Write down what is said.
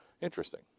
Interesting